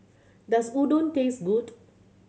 does Udon taste good